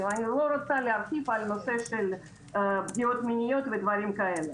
ואני לא רוצה להרחיב על הנושא של פגיעות מיניות ודברים כאלה.